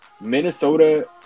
Minnesota